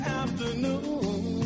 afternoon